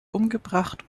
umgebracht